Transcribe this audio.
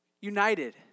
united